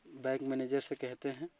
bank manager से कहते हैं